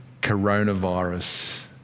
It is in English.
coronavirus